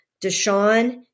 Deshaun